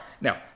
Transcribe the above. Now